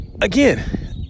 Again